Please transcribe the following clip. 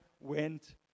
went